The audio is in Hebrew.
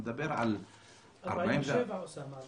--- 47%, אוסאמה.